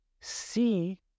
see